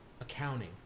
accounting